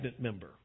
member